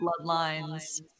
bloodlines